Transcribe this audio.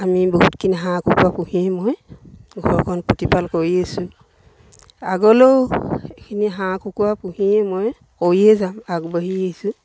আমি বহুতখিনি হাঁহ কুকুৰা পুহিয়েই মই ঘৰখন প্ৰতিপাল কৰি আছো আগলৈও এইখিনি হাঁহ কুকুৰা পুহিয়েই মই কৰিয়ে যাম আগবাঢ়ি আহিছোঁ